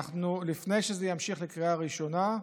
לפני שזה ימשיך לקריאה ראשונה,